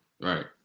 Right